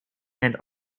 and